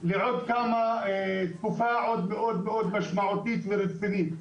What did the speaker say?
ועוד תקופה מאוד משמעותית ורצינית.